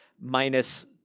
minus